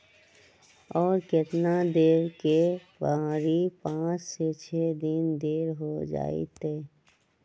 और केतना देब के परी पाँच से छे दिन देर हो जाई त?